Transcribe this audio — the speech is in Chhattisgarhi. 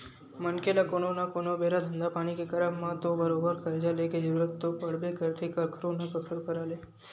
मनखे ल कोनो न कोनो बेरा धंधा पानी के करब म तो बरोबर करजा लेके जरुरत तो पड़बे करथे कखरो न कखरो करा ले